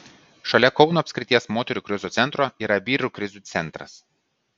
šalia kauno apskrities moterų krizių centro yra vyrų krizių centras